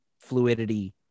fluidity